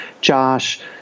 Josh